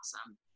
awesome